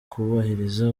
kubahiriza